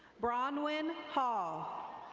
bronwyn hall.